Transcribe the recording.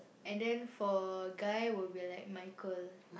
and then for guy would be like Michael